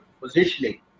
positioning